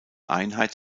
einheit